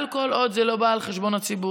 אבל כל עוד זה לא בא על חשבון הציבור,